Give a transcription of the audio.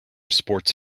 sports